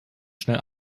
schnell